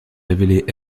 révélé